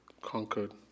conquered